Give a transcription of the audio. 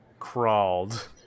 crawled